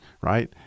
right